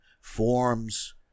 forms